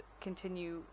continue